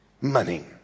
Money